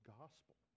gospel